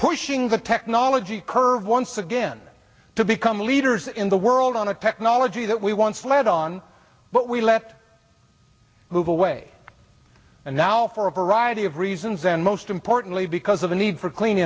pushing the technology curve once again to become leaders in the world on a technology that we once led on but we left move away and now for a variety of reasons and most importantly because of the need for clean